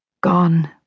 gone